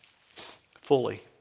fully